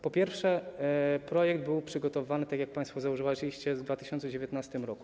Po pierwsze, projekt był przygotowywany, tak jak państwo zauważyliście, w 2019 r.